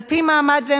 על-פי מעמד זה,